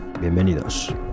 Bienvenidos